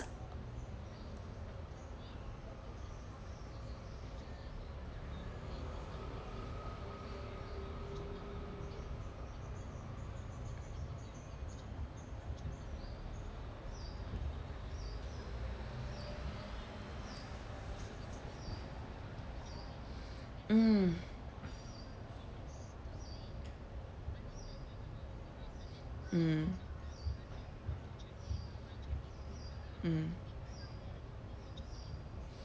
mm mm mm